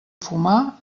fumar